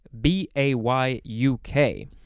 B-A-Y-U-K